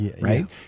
right